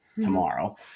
tomorrow